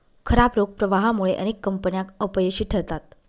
खराब रोख प्रवाहामुळे अनेक कंपन्या अपयशी ठरतात